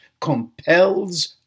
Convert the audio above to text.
compels